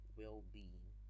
well-being